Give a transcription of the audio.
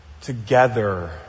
Together